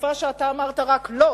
בתקופה שאתה אמרת רק "לא"